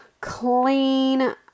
clean